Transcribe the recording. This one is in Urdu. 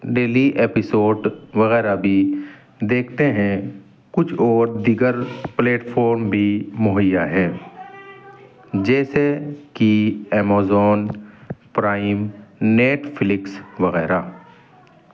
ڈیلی ایپیسوڈ وغیرہ بھی دیکھتے ہیں کچھ اور دیگر پلیٹفم بھی مہیا ہے جیسے کہ امیزون پرائم نیٹ فلکس وغیرہ